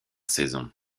saison